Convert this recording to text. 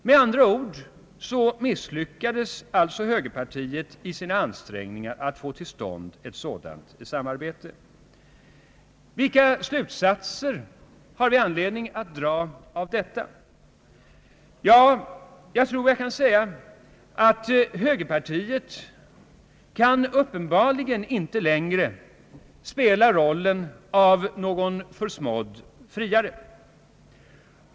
Med andra ord misslyckades högerpartiet i sina ansträngningar att få till stånd ett sådant samarbete. Vilka slutsatser har vi anledning att dra av detta? Jag tror att jag klart kan säga ifrån att högerpartiet inte längre kan spela rollen av försmådd friare.